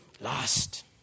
Last